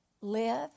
live